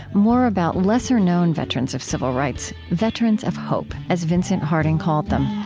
more about lesser-known veterans of civil rights, veterans of hope as vincent harding called them